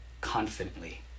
confidently